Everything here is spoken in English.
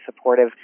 supportive